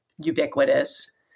ubiquitous